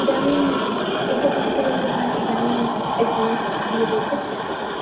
इदानीम् एकसहस्ररूप्यकाणि इदानीम् एड्वान्स् दीयते चेत् श्क्यते